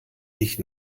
dich